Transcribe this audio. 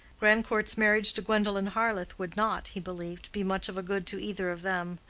grandcourt's marriage to gwendolen harleth would not, he believed, be much of a good to either of them,